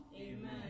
Amen